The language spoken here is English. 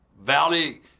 valley